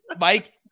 Mike